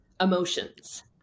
Emotions